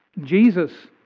Jesus